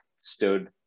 Stood